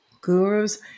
gurus